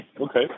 Okay